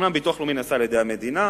אומנם ביטוח לאומי נעשה על-ידי המדינה,